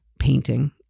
painting